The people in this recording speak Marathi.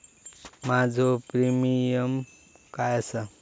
माझो प्रीमियम काय आसा?